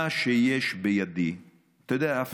מה שיש בידי אתה יודע,